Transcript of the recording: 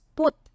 put